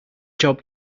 job